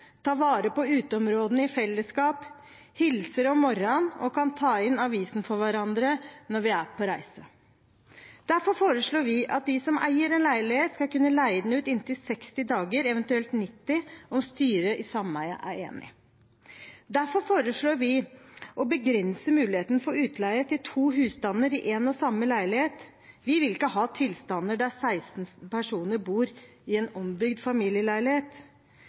vare på uteområdene i fellesskap, hilser om morgenen og kan ta inn avisen for hverandre når man er på reise. Vi foreslår at de som eier en leilighet, skal kunne leie den ut i inntil 60 dager, eventuelt 90, om styret i sameiet er enig. Vi foreslår å begrense muligheten for utleie til to husstander i en og samme leilighet. Vi vil ikke ha tilstander der 16 personer bor i en ombygd familieleilighet.